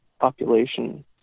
population